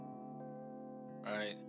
Right